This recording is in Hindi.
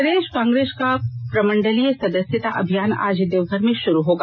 प्रदेश कांग्रेस का प्रमंडलीय सदस्यता अभियान आज देवघर में शुरू होगा